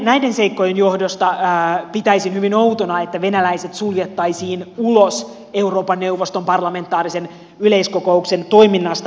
näiden seikkojen johdosta pitäisin hyvin outona että venäläiset suljettaisiin ulos euroopan neuvoston parlamentaarisen yleiskokouksen toiminnasta